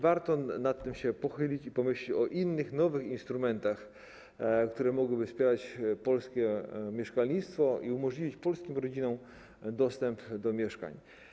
Warto nad tym się pochylić i pomyśleć o innych, nowych instrumentach, które mogłyby wspierać polskie mieszkalnictwo i umożliwić polskim rodzinom dostęp do mieszkań.